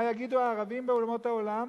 מה יגידו הערבים ואומות העולם?